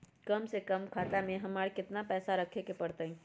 कम से कम खाता में हमरा कितना पैसा रखे के परतई?